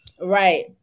Right